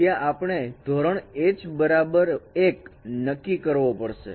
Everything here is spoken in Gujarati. જ્યાં આપણે ધોરણ h બરાબર 1 નક્કી કરવો પડશે